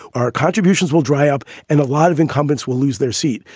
our contributions will dry up and a lot of incumbents will lose their seat.